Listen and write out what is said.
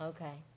Okay